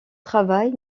travail